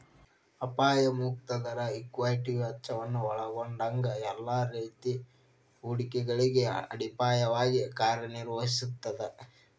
ಅಪಾಯ ಮುಕ್ತ ದರ ಈಕ್ವಿಟಿ ವೆಚ್ಚವನ್ನ ಒಲ್ಗೊಂಡಂಗ ಎಲ್ಲಾ ರೇತಿ ಹೂಡಿಕೆಗಳಿಗೆ ಅಡಿಪಾಯವಾಗಿ ಕಾರ್ಯನಿರ್ವಹಿಸ್ತದ